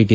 T